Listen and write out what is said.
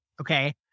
okay